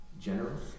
Generous